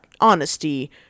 honesty